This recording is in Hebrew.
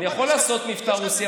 אני יכול לעשות מבטא רוסי,